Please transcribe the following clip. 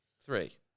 three